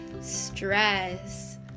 stress